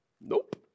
Nope